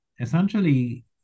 essentially